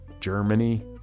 Germany